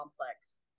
complex